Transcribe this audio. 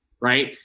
right